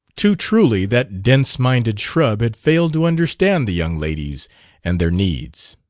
too truly that dense-minded shrub had failed to understand the young ladies and their needs.